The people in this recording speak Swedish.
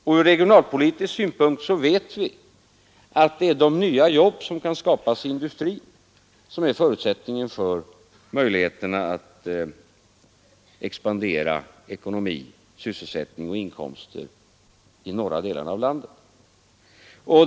Från regionalpolitisk synpunkt vet vi att de nya jobb som kan skapas inom industrin är förutsättningen för möjligheterna att expandera ekonomi, sysselsättning och inkomster i de norra delarna av landet.